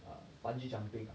err bungee jumping ah